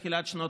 בתחילת שנות